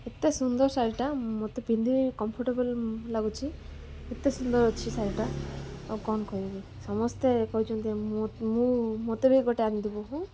ଏତେ ସୁନ୍ଦର ଶାଢ଼ୀଟା ମୋତେ ପିନ୍ଧିବି କମ୍ଫର୍ଟେବଲ୍ ଲାଗୁଛିି ଏତେ ସୁନ୍ଦର ଅଛି ଶାଢ଼ୀଟା ଆଉ କ'ଣ କହିବି ସମସ୍ତେ କହୁନ୍ତି ମୁଁ ମୋତେ ବି ଗୋଟେ ଆଣିଦେବୁ ହୁଁ